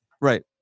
Right